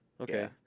okay